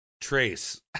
trace